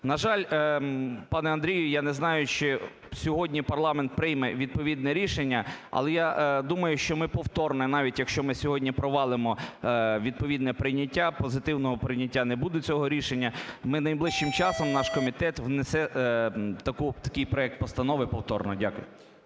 На жаль, пане Андрію, я не знаю, чи сьогодні парламент прийме відповідне рішення, але я думаю, що ми повторно, навіть якщо ми сьогодні провалимо відповідне прийняття, позитивного прийняття не буде цього рішення, ми найближчим часом, наш комітет внесе такий проект Постанови повторно. Дякую.